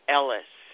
Ellis